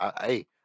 hey